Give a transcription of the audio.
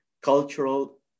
cultural